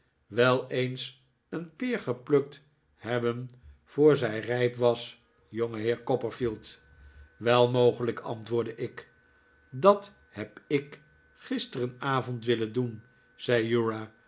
wel eens een peer geplukt hebben voor zij rijp was jongeheer copperfield wel mogelijk antwoordde ik dat heb i k gisteravond willen doen zei